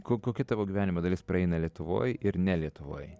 ko kokia tavo gyvenimo dalis praeina lietuvoj ir ne lietuvoj